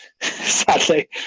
Sadly